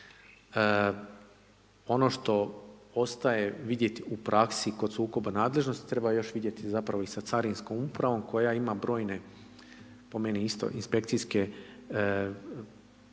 Ono što ostaje vidjeti u praksi kod sukoba nadležnosti, treba još vidjeti zapravo i sa Carinskom upravom koja ima brojne po meni isto inspekcijska ovlaštenja,